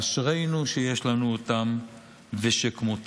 אשרינו שיש לנו אותם ושכמותם.